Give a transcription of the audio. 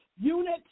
unit